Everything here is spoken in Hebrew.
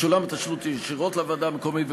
ישולם התשלום ישירות לוועדה המקומית,